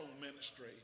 ministry